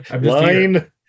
line